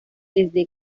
desde